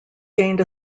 gained